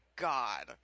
God